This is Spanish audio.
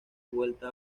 vuelta